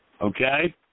Okay